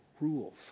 rules